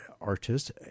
artist